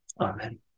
Amen